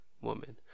woman